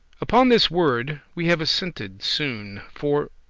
upon this word we have assented soon for,